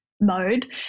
mode